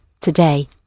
today